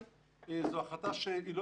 זאת החלטה שצריכה לעלות למעלה,